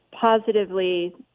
positively